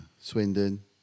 Swindon